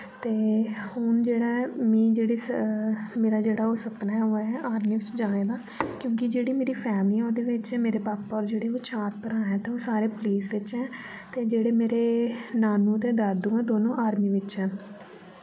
ते हुन जेह्ड़ा ऐ मी जेह्ड़ा मेरा जेह्ड़ा ओह् सपना ऐ ओह् ऐ आर्मी च जाने दा क्युंकी जेह्ड़े मेरे फैमिली ओह्दे बिच्च मेरे पापा न जेह्ड़े ओह् चार भ्रा ऐ ते ओह् सारे पुलिस बिच्च ऐ ते जेह्ड़े मेरे नानु ते दादु न दोनों आर्मी बिच्च ऐं